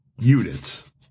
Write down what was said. units